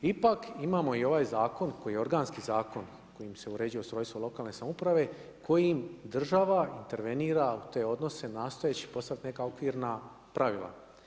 Ipak, imamo i ovaj zakon koji je organski zakon kojim se uređuje ustrojstvo lokalne samouprave, kojim država intervenira u te odnose nastojeći postaviti neka okvirna pravila.